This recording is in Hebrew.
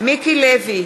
מיקי לוי,